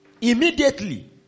Immediately